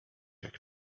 jak